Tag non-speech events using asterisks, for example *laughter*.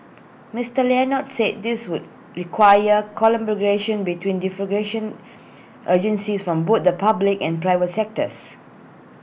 Mister Leonard said this would require collaboration between differ *unintelligible* agencies from both the public and private sectors